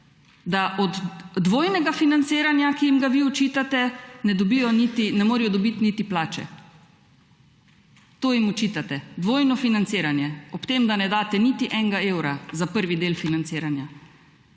da od dvojnega financiranja, ki jim ga vi očitate, ne dobijo niti, ne morejo dobiti niti plače. To jim očitate, dvojno financiranje, ob tem, da ne daste niti enega evra za prvi del financiranja.